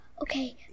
Okay